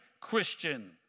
Christian